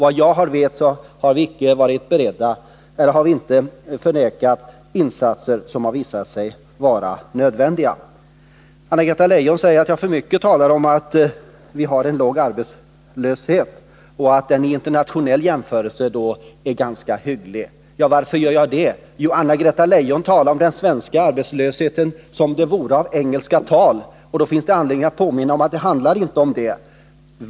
Vad jag vet har vi inte vid tidigare tillfälle vägrat att göra de insatser som visat sig vara nödvändiga. Anna-Greta Leijon säger att jag talar för mycket om att vi har låg arbetslöshet och att den i internationell jämförelse är ganska hygglig. Varför gör jag det? Jo, Anna-Greta Leijon talar om den svenska arbetslösheten som om den vore jämförbar med engelska tal, och därför finns det anledning att påminna om att det inte handlar om sådana likheter.